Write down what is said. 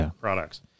products